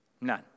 None